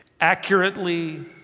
Accurately